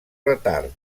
retard